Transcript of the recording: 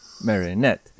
Marionette